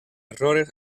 errores